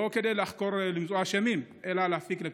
לא כדי לחקור ולמצוא אשמים אלא כדי להפיק לקחים.